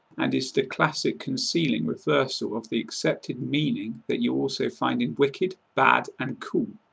and is the classic concealing reversal of the accepted meaning that you also find in wicked, bad and cool.